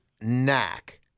knack